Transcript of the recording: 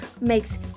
makes